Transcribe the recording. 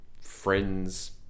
friends